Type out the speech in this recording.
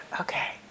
okay